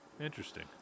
Interesting